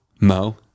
Mo